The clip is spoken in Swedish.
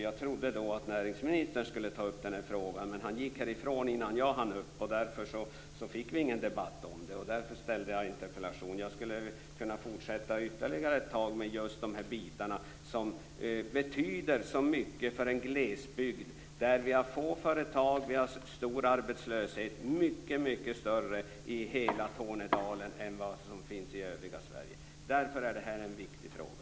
Jag trodde att näringsministern då skulle ta upp denna fråga, men han gick härifrån innan jag hann gå upp i talarstolen. Därför fick vi ingen debatt i frågan. Därför ställde jag en interpellation. Jag skulle kunna fortsätta ytterligare ett tag och ta upp just dessa bitar som betyder så mycket för en glesbygd med få företag och stor arbetslöshet. Arbetslösheten i hela Tornedalen är mycket, mycket större än i övriga Sverige. Därför är detta en viktig fråga.